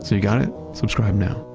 so you got it? subscribe now.